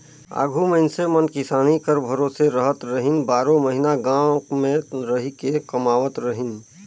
आघु मइनसे मन किसानी कर भरोसे रहत रहिन, बारो महिना गाँव मे रहिके कमावत रहिन